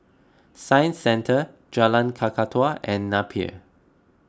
Science Centre Jalan Kakatua and Napier